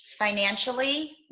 financially